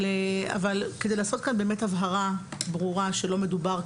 אבל כדי לעשות כאן הבהרה ברורה לגבי כך שלא מדובר,